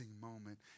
moment